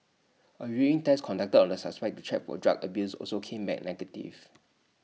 A urine test conducted on the suspect to check for drug abuse also came back negative